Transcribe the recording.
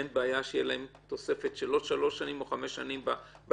אין בעיה שתהיה להם תוספת של עוד שלוש שנים או חמש שנים בהתיישנות.